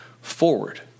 forward